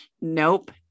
Nope